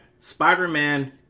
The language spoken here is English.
Spider-Man